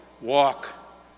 Walk